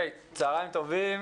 צהריים טובים.